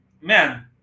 man